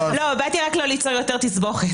באתי רק לא ליצור יותר תסבוכת.